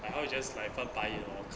like how we just like 泛白 your